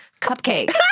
cupcake